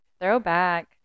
Throwback